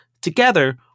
together